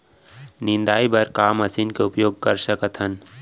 निंदाई बर का मशीन के उपयोग कर सकथन?